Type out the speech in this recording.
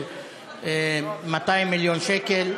200 מיליון שקל.